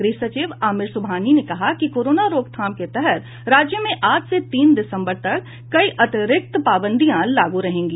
गृह सचिव आमिर सुबहानी ने कहा कि कोरोना रोकथाम के तहत राज्य में आज से तीन दिसम्बर तक कई अतिरिक्त पाबंदियां लागू रहेगी